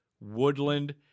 Woodland